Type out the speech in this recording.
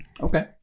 okay